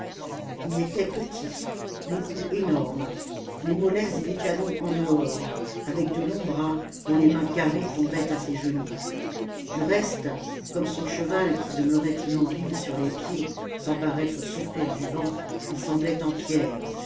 il était petit le cou énorme les mollets et les talons en dehors avec de longs bras dont les mains carrées tombaient à ses genoux du reste comme son cheval qui demeurait immobile sur les pieds sans paraître souffrir du vent il semblait en pierre